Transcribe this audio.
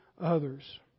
others